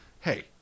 hey